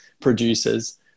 producers